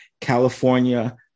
California